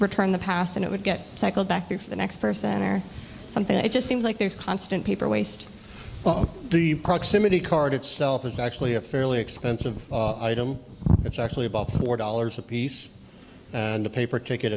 return the pass and it would get cycle back through for the next person or something and it just seems like there's constant paper waste the proximity card itself is actually a fairly expensive item it's actually about four dollars apiece and the paper ticket